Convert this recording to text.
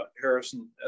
Harrison